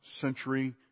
century